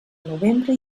novembre